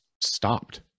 stopped